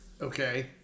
Okay